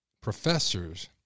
professors